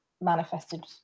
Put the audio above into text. manifested